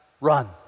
run